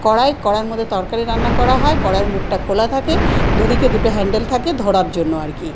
কড়াই কড়াইয়ের মধ্যে তরকারি রান্না করা হয় কড়াইয়ের মুখটা খোলা থাকে দু দিকে দুটো হ্যান্ডেল থাকে ধরার জন্য আর কি